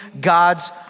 God's